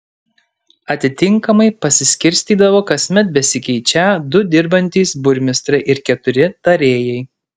atitinkamai pasiskirstydavo kasmet besikeičią du dirbantys burmistrai ir keturi tarėjai